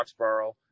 Foxborough